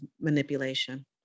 manipulation